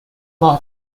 ماه